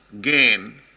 gain